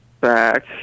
back